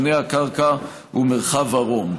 פני הקרקע ומרחב הרום.